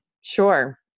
Sure